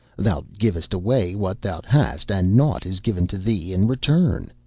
thou givest away what thou hast, and nought is given to thee in return.